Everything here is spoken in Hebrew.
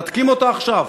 תקים אותה עכשיו,